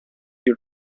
your